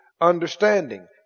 understanding